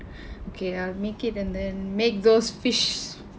okay I'll make it and then make those fish